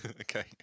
Okay